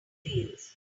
fields